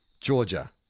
Georgia